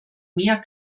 mehr